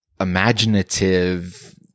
imaginative